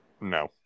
No